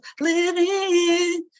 living